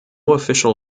official